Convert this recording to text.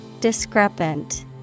Discrepant